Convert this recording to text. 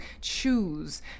choose